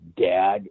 dad